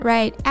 Right